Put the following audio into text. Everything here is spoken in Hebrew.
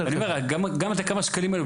גם את הכמה שקלים האלו,